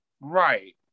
Right